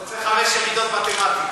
הוא רוצה חמש יחידות מתמטיקה.